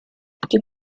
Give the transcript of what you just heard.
die